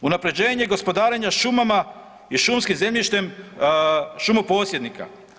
Unaprjeđenje gospodarenja šumama i šumskih zemljištem šumoposjednika.